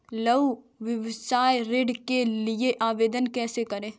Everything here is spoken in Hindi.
लघु व्यवसाय ऋण के लिए आवेदन कैसे करें?